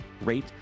rate